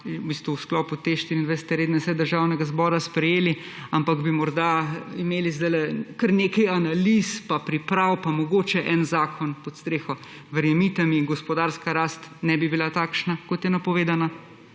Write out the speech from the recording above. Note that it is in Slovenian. v sklopu te 24. redne seje Državnega zbora sprejeli, ampak bi morda imeli zdajle kar nekaj analiz pa priprav pa mogoče en zakon pod streho. Verjemite mi, gospodarska rast ne bi bila takšna, kot je napovedana,